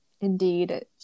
Indeed